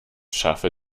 schaffe